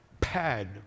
pad